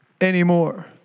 anymore